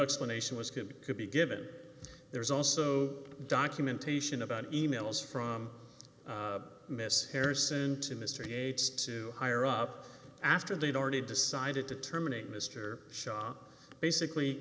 explanation was could could be given there's also documentation about emails from miss harrison to mr yates to higher up after they'd already decided to terminate mr shop basically